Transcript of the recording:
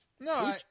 No